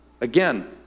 Again